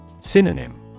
Synonym